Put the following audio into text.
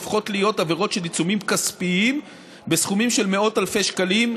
הופכות להיות עבירות של עיצומים כספיים בסכומים של מאות אלפי שקלים,